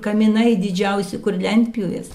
kaminai didžiausi kur lentpjūvės